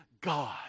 God